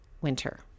winter